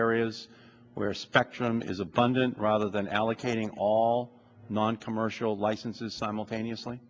areas where spectrum is abundant rather than allocating all all non commercial licenses simultaneously